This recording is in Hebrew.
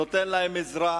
נותן להם עזרה,